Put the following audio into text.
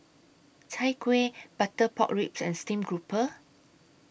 Chai Kuih Butter Pork Ribs and Steamed Grouper